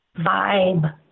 vibe